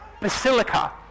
basilica